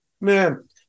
Man